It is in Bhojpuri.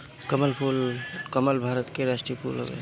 कमल भारत के राष्ट्रीय फूल हवे